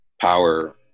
power